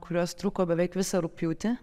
kurios truko beveik visą rugpjūtį